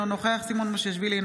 אינו נוכח סימון מושיאשוילי,